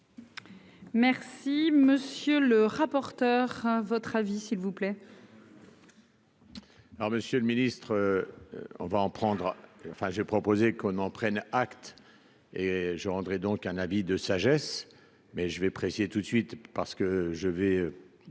Merci, monsieur le rapporteur, votre avis s'il vous plaît. Alors Monsieur le ministre, on va en prendre, enfin, j'ai proposé qu'on en prenne acte et je rendrai donc un avis de sagesse, mais je vais préciser tout de suite parce que je vais